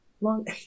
Long